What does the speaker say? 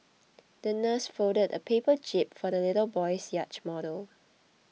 the nurse folded a paper jib for the little boy's yacht model